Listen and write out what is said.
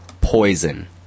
poison